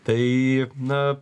tai na